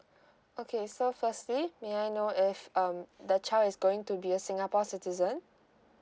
okay so firstly may I know if um the child is going to be a singapore citizen